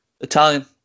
Italian